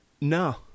No